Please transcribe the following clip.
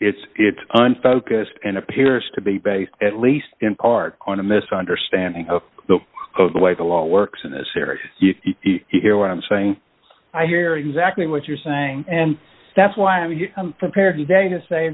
it's it's un focused and appears to be based at least in part on a misunderstanding of the way the law works in this area you hear what i'm saying i hear exactly what you're saying and that's why i'm prepared today to say